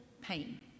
pain